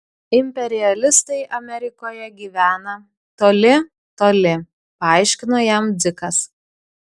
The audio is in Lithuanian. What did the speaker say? imperialistai amerikoje gyvena toli toli paaiškino jam dzikas